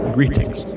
Greetings